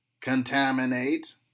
contaminate